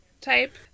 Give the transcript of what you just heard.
type